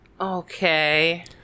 Okay